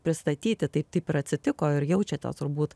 pristatyti tai taip atsitiko ir jaučiate turbūt